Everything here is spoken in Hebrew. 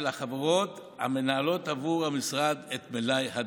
החברות המנהלות עבור המשרד את מלאי הדירות.